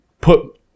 put –